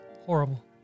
Horrible